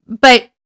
but-